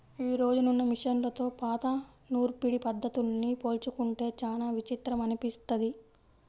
యీ రోజునున్న మిషన్లతో పాత నూర్పిడి పద్ధతుల్ని పోల్చుకుంటే చానా విచిత్రం అనిపిస్తది